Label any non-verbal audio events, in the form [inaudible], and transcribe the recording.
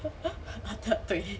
[laughs] ah 对